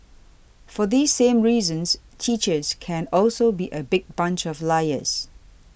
for these same reasons teachers can also be a big bunch of liars